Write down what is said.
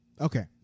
Okay